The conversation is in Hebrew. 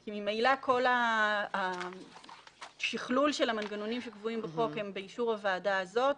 כי ממילא כל השכלול של המנגנונים שקבועים בחוק הם באישור הוועדה הזאת,